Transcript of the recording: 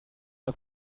wir